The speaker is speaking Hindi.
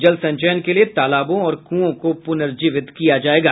जल संचयन के लिए तालाबों और कुओं को पुनर्जीवित किया जायेगा